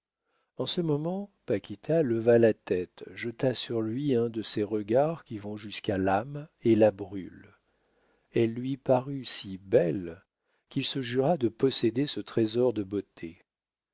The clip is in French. en ce moment paquita leva la tête jeta sur lui un de ces regards qui vont jusqu'à l'âme et la brûlent elle lui parut si belle qu'il se jura de posséder ce trésor de beauté